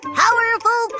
powerful